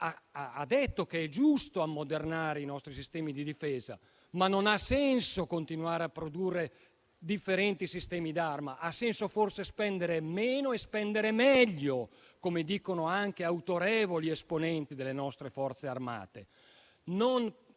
ha detto che è giusto ammodernare i nostri sistemi di difesa, ma non ha senso continuare a produrre differenti sistemi d'arma. Ha senso forse spendere meno e spendere meglio, come dicono anche autorevoli esponenti delle nostre Forze armate.